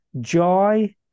joy